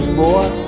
boy